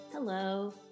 Hello